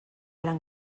eren